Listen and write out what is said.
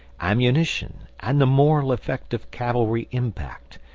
ammunition, and the moral effect of cavalry impact,